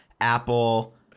Apple